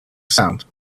sound